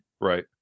Right